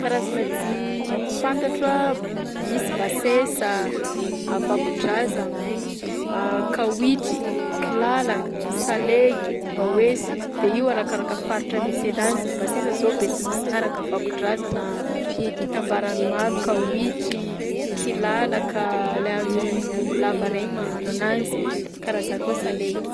Karazana dihy fantatro a: misy basesa, vakodrazagna kawitry, kilalaka, salegy, bawejy, de io arakaraka faritra misy anazy, basesa zao besimisaraka, vakodrazana itambaran'ny maro, kawitry, kilalaka, lay any bongolava regny magnano ananzy, karaha zany koa salegy.